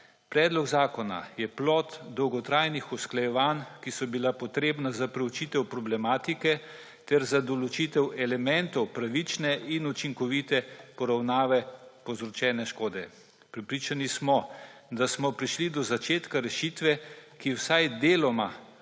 Predlog zakona je plod dolgotrajnih usklajevanj, ki so bila potrebna za proučitev problematike ter za določitev elementov pravične in učinkovite poravnave povzročene škode. Prepričani smo, da smo prišli do začetka rešitve, ki je vsaj deloma